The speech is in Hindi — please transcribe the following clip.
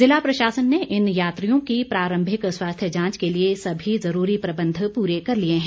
ज़िला प्रशासन ने इन यात्रियों की प्रारंभिक स्वास्थ्य जांच के लिए सभी ज़रूरी प्रबंध पूरे कर लिए हैं